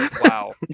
Wow